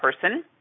person